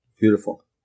Beautiful